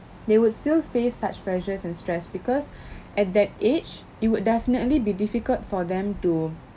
they would still face such pressures and stress because at that age it would definitely be difficult for them to